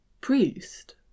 priest